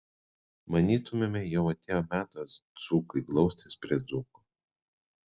manytumėme jau atėjo metas dzūkui glaustis prie dzūko